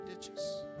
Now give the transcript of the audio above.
ditches